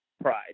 pride